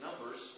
numbers